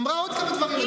היא אמרה עוד כמה דברים.